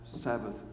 Sabbath